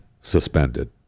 suspended